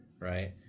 right